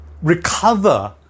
Recover